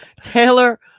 taylor